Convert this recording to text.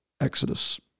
Exodus